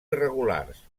irregulars